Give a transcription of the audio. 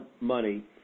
money